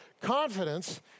Confidence